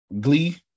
Glee